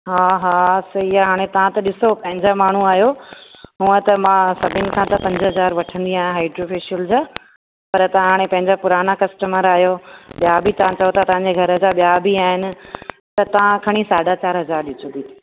हा हा सई आहे हाणे तव्हां त ॾिसो पंहिंजा माण्हू आयो हूअं त मां सभिनि खां त पंज हज़ार वठंदी आहियां हाइड्रो फेशियल जा पर तव्हां हाणे पंहिंजा पुराणा कस्टमर आहियो ॿिया बि तव्हां चओ था तव्हांजे घर जा ॿिया बि आहिनि त तव्हां खणी साॾा चारि हज़ार ॾिजो दीदी